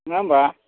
नङा होमब्ला